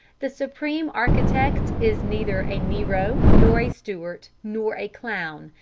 the supreme architect is neither a nero, nor a stuart, nor a clown.